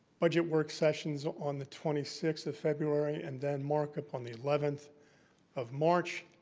budget work sessions on the twenty sixth of february, and then mark-up on the eleventh of march,